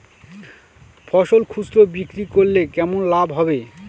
ফসল খুচরো বিক্রি করলে কেমন লাভ হবে?